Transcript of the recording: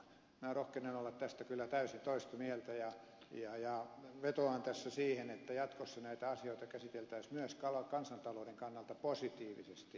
minä rohkenen olla tästä kyllä täysin toista mieltä ja vetoan tässä siihen että jatkossa näitä asioita käsiteltäisiin myös kansantalouden kannalta positiivisesti